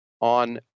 on